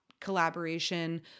Collaboration